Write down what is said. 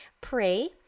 pray